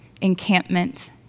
encampment